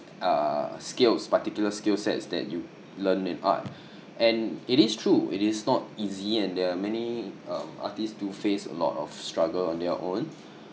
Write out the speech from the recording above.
uh skills particular skill sets that you learn in art and it is true it is not easy and there are many um artists do face a lot of struggle on their own